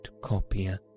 copier